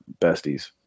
besties